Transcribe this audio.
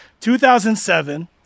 2007